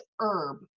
herb